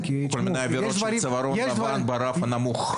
או כל מיני עבירות של צווארון לבן ברף הנמוך,